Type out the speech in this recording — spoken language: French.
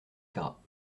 gras